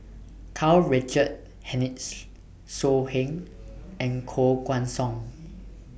Karl Richard Hanitsch So Heng and Koh Guan Song